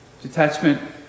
Detachment